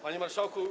Panie Marszałku!